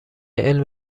علم